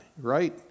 right